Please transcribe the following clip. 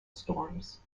storms